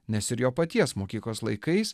nes ir jo paties mokyklos laikais